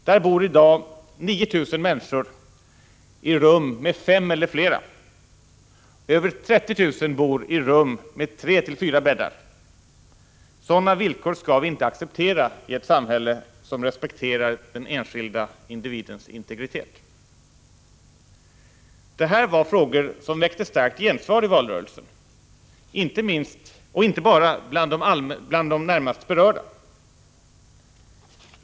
Där bor i dag 9 000 människor i rum med = eller flera, och över 30 000 bor i rum med tre fyra bäddar. Sådana villkor skall vi inte acceptera i ett samhälle som respekterar den enskilda individen: integritet. ; Det här var frågor som väckte starkt gensvar i valrörelsen — inte bara bland de närmast berörda.